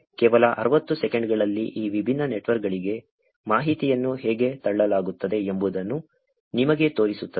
ಕೇವಲ 60 ಸೆಕೆಂಡ್ಗಳಲ್ಲಿ ಈ ವಿಭಿನ್ನ ನೆಟ್ವರ್ಕ್ಗಳಿಗೆ ಮಾಹಿತಿಯನ್ನು ಹೇಗೆ ತಳ್ಳಲಾಗುತ್ತದೆ ಎಂಬುದನ್ನು ನಿಮಗೆ ತೋರಿಸುತ್ತದೆ